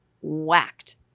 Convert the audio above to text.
whacked